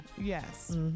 Yes